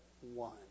one